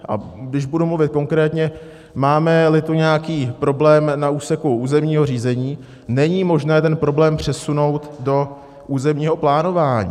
A když budu mluvit konkrétně, mámeli tu nějaký problém na úseku územního řízení, není možné ten problém přesunout do územního plánování.